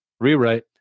Rewrite